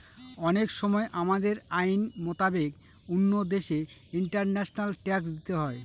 অনেক সময় আমাদের আইন মোতাবেক অন্য দেশে ইন্টারন্যাশনাল ট্যাক্স দিতে হয়